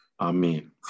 Amen